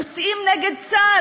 יוצאים נגד צה"ל,